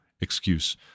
excuse